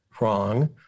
wrong